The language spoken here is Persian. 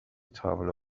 تابلو